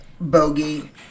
bogey